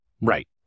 Right